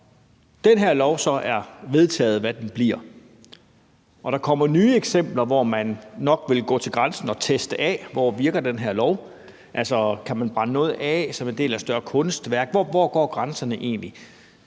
den her lov så er vedtaget, hvad den bliver, og der så kommer nye eksempler, hvor man nok vil gå til grænsen og teste af, hvor den her lov virker – kan man brænde noget af som en del af et større kunstværk, og hvor går grænserne egentlig?